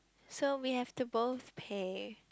so we have to both pay